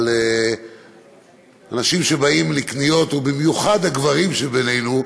אבל אנשים שבאים לקניות, ובמיוחד הגברים שבינינו,